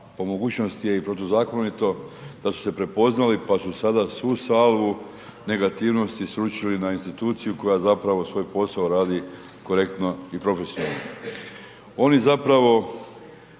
po mogućnosti je i protuzakonito pa su se prepoznali, pa su sada svu salvu negativnosti srušili na instituciju koja zapravo svoj posao radi korektno i profesionalno. Oni zapravo